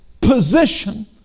position